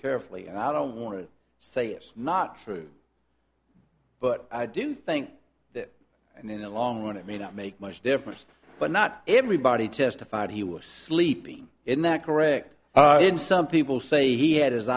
carefully and i don't want to say is not fake but i do think that and in the long run it may not make much difference but not everybody testified he was sleeping in that correct did some people say he had his